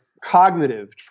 cognitive